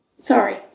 sorry